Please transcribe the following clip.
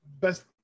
best